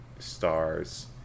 stars